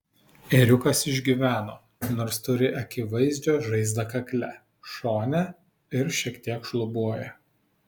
ėriukas išgyveno nors turi akivaizdžią žaizdą kakle šone ir šiek tiek šlubuoja